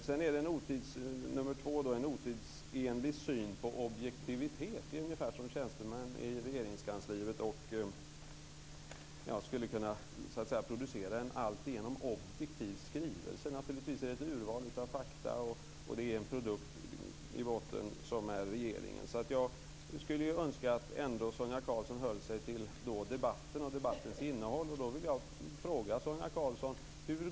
För det andra har hon en otidsenlig syn på objektivitet - som om tjänstemän i Regeringskansliet skulle kunna producera en alltigenom objektiv skrivelse! Naturligtvis är det ett urval av fakta, och i botten är det en produkt som är regeringens. Jag skulle önska att Sonia Karlsson höll sig till debatten och debattens innehåll.